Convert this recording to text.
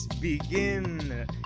Begin